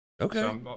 Okay